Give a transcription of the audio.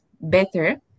better